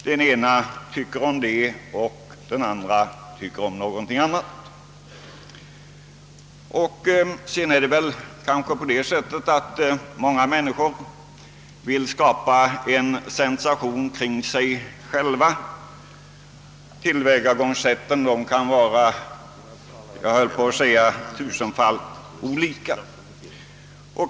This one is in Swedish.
Den ene tycker om en sak och den andre tycker om någonting annat. Många människor vill kanske skapa sensation kring sig själva. Tillvägagångssätten kan vara — höll jag på att säga — tusenfaldiga.